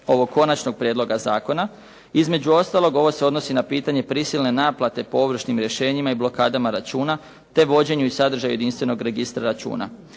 ovog konačnog prijedloga zakona. Između ostalog ovo se odnosi na pitanje prisilne naplate po ovršnim rješenjima i blokadama računa, te vođenju i sadržaju jedinstvenog registra računa.